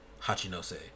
Hachinose